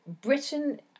Britain